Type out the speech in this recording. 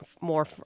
more